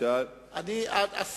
מה מציע השר?